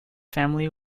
family